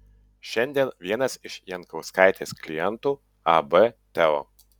šiandien vienas iš jankauskaitės klientų ab teo